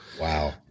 Wow